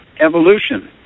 evolution